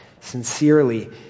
sincerely